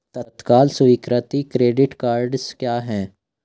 तत्काल स्वीकृति credit cards क्या हैं?